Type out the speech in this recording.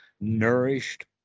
nourished